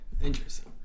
Interesting